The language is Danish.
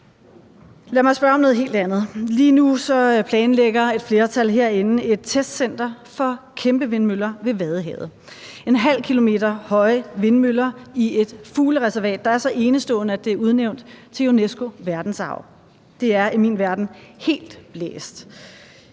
Lad mig spørge om noget helt andet. Lige nu planlægger et flertal herinde et testcenter for kæmpevindmøller ved Vadehavet. Der er tale om ½ km høje vindmøller i et fuglereservat, der er så enestående, at det er udnævnt til UNESCO-verdensarv. Det er i min verden helt blæst.